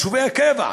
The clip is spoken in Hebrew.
יישובי הקבע,